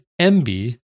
MB